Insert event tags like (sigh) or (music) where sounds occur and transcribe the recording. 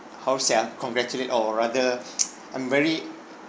how to say ah congratulate or rather (noise) I'm very